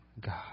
God